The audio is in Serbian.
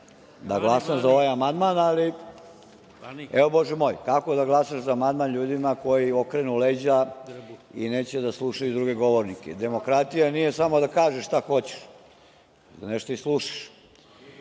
da glasam za ovaj amandman, ali, bože moj, kako da glasaš za amandman ljudima koji okrenu leđa i neće da slušaju druge govornike. Demokratija nije samo da kažeš šta hoćeš, nego da nešto i slušaš.